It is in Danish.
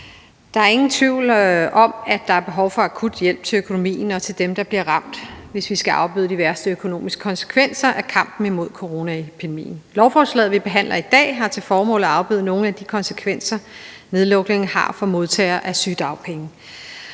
Der er ingen tvivl om, at der er behov for akut hjælp til økonomien og til dem, der bliver ramt, hvis vi skal afbøde de værste økonomiske konsekvenser af kampen imod coronaepidemien. Lovforslaget, vi behandler i dag, har til formål at afbøde nogle af de konsekvenser, nedlukningen har for modtagere af sygedagpenge.